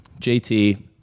JT